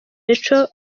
rachel